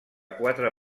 quatre